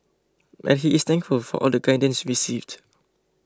and he is thankful for all the guidance received